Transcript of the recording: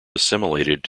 assimilated